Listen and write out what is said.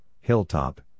Hilltop